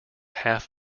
half